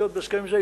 להיות בהסכם עם זה.